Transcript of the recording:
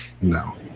No